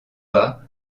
pas